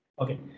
Okay